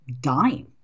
dying